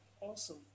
Awesome